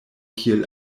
kiel